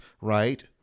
right